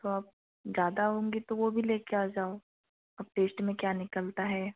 तो आप ज़्यादा होंगे तो वो भी लेके आ जाओ अब टेस्ट में क्या निकलता है